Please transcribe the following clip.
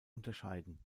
unterscheiden